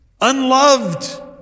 unloved